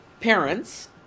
parents